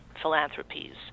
philanthropies